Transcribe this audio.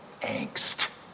angst